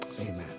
Amen